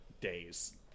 days